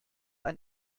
ein